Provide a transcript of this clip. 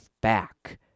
back